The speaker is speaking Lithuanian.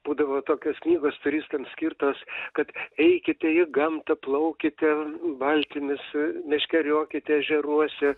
būdavo tokios knygos turistams skirtos kad eikite į gamtą plaukite valtimis meškeriokit ežeruose